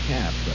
Cap